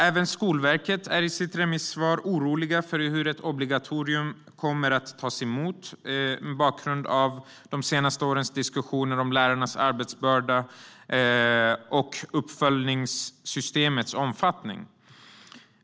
Även Skolverket är i sitt remissvar oroligt för hur ett obligatorium kommer att tas emot, mot bakgrund av de senaste årens diskussioner om lärarnas arbetsbörda och uppföljningssystemets omfattning.